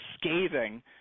scathing